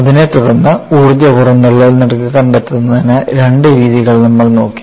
അതിനെ തുടർന്ന് ഊർജ്ജ പുറന്തള്ളൽ നിരക്ക് കണ്ടെത്തുന്നതിന് രണ്ട് രീതികൾ നമ്മൾ നോക്കി